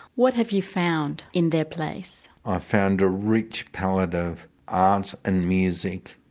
what have you found in their place ah found a rich palette of arts and music,